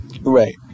Right